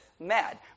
Mad